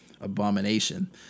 abomination